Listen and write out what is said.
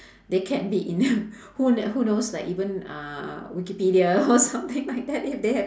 they can be in who kn~ who knows like even uh wikipedia or something like that if they have